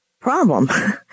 problem